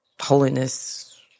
holiness